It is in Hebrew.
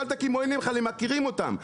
תשאל את הקמעונאים הם מכירים אותם.